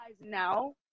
now